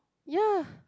ya